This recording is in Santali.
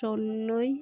ᱥᱚᱞᱞᱚᱭ